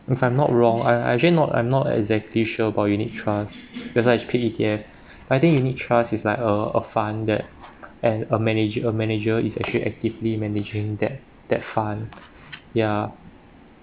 if I'm not wrong I I'm actually not I'm not exactly sure about unit trust just like P_E_T_S but I think unit trust is like uh a fund that and a manage a manager is actually actively managing that that fun ya